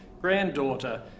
granddaughter